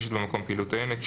מתרחשת במקום פעילות עוינת,